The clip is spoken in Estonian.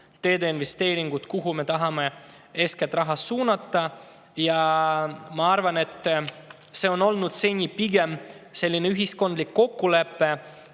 teedeinvesteeringud, kuhu me tahame eeskätt raha suunata. Ja ma arvan, et seni on olnud pigem ühiskondlik kokkulepe,